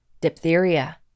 diphtheria